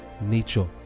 nature